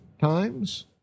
times